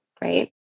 Right